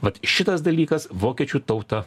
vat šitas dalykas vokiečių tautą